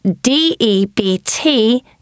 D-E-B-T